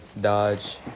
dodge